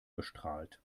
bestrahlt